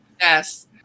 Yes